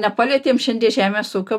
nepalietėm šiandie žemės ūkio